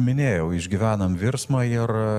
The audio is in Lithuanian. minėjau išgyvenam virsmą ir